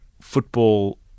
football